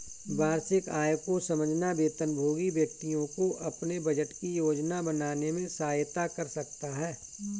वार्षिक आय को समझना वेतनभोगी व्यक्तियों को अपने बजट की योजना बनाने में सहायता कर सकता है